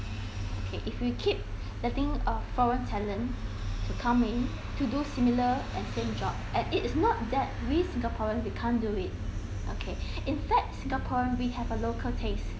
okay if we keep letting uh foreign talent to come in to do similar and same job and it is not that we singaporean we can't do it okay in factsingaporean we have a local taste